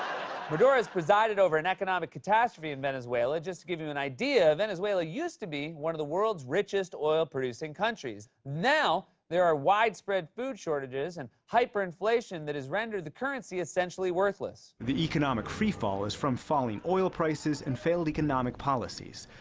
maduro has presided over an economic catastrophe in venezuela. just to give you an idea, venezuela used to be one of the world's richest oil-producing countries. now there are widespread food shortages and hyperinflation that has rendered the currency essentially worthless. the economic free fall is from falling oil prices and failed economic policies.